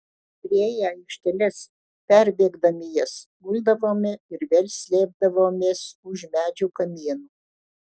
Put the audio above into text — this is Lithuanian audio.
priėję aikšteles perbėgdami jas guldavome ir vėl slėpdavomės už medžių kamienų